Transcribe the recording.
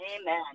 Amen